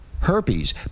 herpes